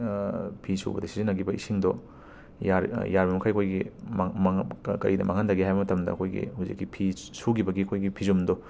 ꯐꯤꯁꯨꯕꯗ ꯁꯤꯖꯤꯟꯅꯈꯤꯕ ꯏꯁꯤꯡꯗꯣ ꯌꯥꯔ ꯌꯥꯔꯤꯕꯃꯈꯩ ꯑꯩꯈꯣꯏꯒꯤ ꯃꯥꯡ ꯃꯥꯡ ꯀ ꯀꯔꯤꯗ ꯃꯥꯡꯍꯟꯗꯒꯦ ꯍꯥꯏꯕ ꯃꯇꯝꯗ ꯑꯩꯈꯣꯏꯒꯤ ꯍꯧꯖꯤꯛꯀꯤ ꯐꯤ ꯁꯨꯈꯤꯕꯒꯤ ꯑꯩꯈꯣꯏꯒꯤ ꯐꯤꯖꯨꯝꯗꯣ